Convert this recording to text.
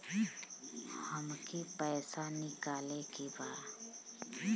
हमके पैसा निकाले के बा